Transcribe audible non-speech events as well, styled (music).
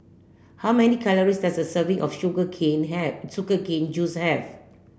how many calories does a serving of sugar (unintelligible) have sugar cane juice have